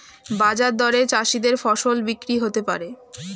বাজার দরে চাষীদের ফসল বিক্রি হতে পারে